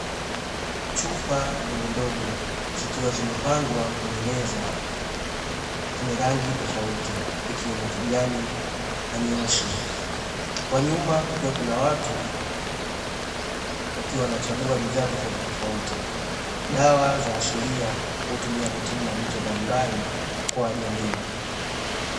Chupa ndogondogo zikiwa zimepangwa kwenye meza zenye rangi tofauti ikiwemo kijani na nyeusi, kwa nyuma kukiwa kuna watu wakiwa wanachagua bidhaa tofautitofauti. Dawa za asilia hutumika kutibia magonjwa mbalimbali kwa jamii.